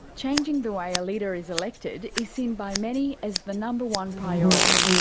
changing the way a leader is elected is seen by many as the number one priority.